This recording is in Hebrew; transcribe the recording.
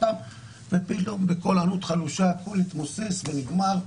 ופתאום בקול ענות חלושה הכול התמוסס ונגמר,